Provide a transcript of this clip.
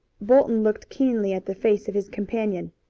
bolton looked keenly at the face of his companion,